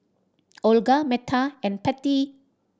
Olga Metta and Pattie